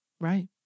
Right